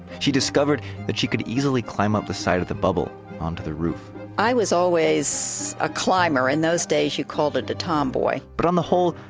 she discovered that she could easily climb up the side of the bubble onto the roof i was always a climber. in those days, you called it a tomboy but on the whole,